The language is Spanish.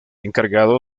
encargado